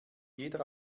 jeder